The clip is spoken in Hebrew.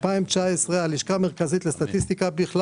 הלשכה המרכזית לסטטיסטיקה לא ידעה בכלל